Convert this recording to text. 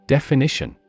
Definition